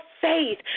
faith